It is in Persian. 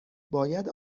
باید